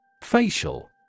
Facial